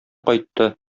кайтты